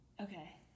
Okay